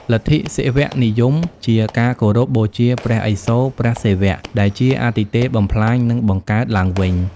លទ្ធិសិវនិយមជាការគោរពបូជាព្រះឥសូរ (ព្រះសិវៈ) ដែលជាអាទិទេពបំផ្លាញ និងបង្កើតឡើងវិញ។